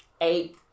eight